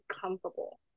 comfortable